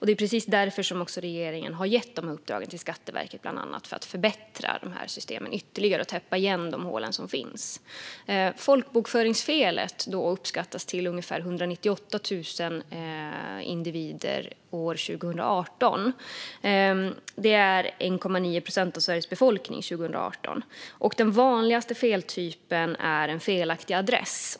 Det är alltså för att förbättra systemen ytterligare och täppa igen de hål som finns som regeringen har gett just dessa uppdrag till bland andra Skatteverket. Folkbokföringsfelet uppskattades 2018 till ungefär 198 000 individer, vilket då var 1,9 procent av Sveriges befolkning. Den vanligaste feltypen är felaktig adress.